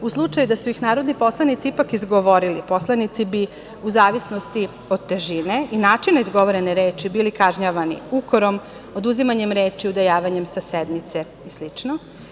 U slučaju da su ih narodni poslanici ipak izgovorili, poslanici bi u zavisnosti od težine i načina izgovorene reči bili kažnjavani ukorom, oduzimanjem reči, udaljavanjem sa sednice i slično.